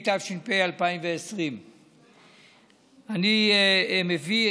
התש"ף 2020. אני מביא,